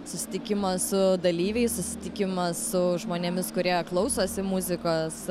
susitikimas su dalyviais susitikimas su žmonėmis kurie klausosi muzikos